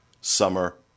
summer